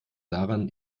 daran